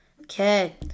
Okay